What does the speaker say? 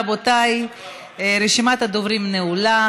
רבותי, רשימת הדוברים נעולה.